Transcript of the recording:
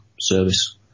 service